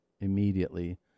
immediately